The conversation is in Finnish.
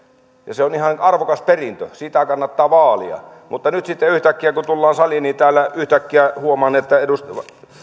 se on ihan arvokas perintö sitä kannattaa vaalia mutta nyt sitten huomaan että kun tullaan saliin niin täällä yhtäkkiä